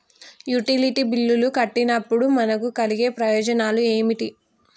Utility బిల్లులు కట్టినప్పుడు మనకు కలిగే ప్రయోజనాలు ఏమిటి?